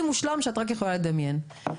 צריך להסדיר את הנקודות האלו.